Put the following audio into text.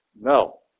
No